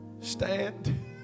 Stand